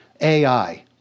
AI